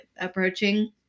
approaching